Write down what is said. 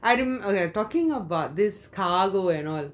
I don't okay talking about this cargo and all